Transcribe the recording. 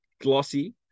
glossy